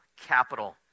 capital